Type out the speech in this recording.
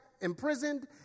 imprisoned